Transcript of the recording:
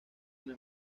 una